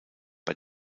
bei